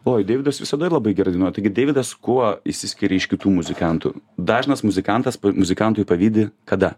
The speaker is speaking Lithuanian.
oi deividas visada labai gerai dainuoja taigi deividas kuo išsiskiria iš kitų muzikantų dažnas muzikantas muzikantui pavydi kada